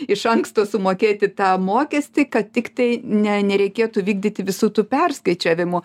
iš anksto sumokėti tą mokestį kad tiktai ne nereikėtų vykdyti visų tų perskaičiavimų